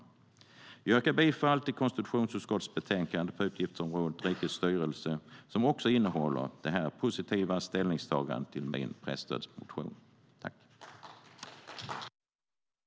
Jag yrkar bifall till förslaget i konstitutionsutskottets betänkande på utgiftsområdet Rikets styrelse, som också innehåller det positiva ställningstagandet till min presstödsmotion.I detta anförande instämde Annicka Engblom .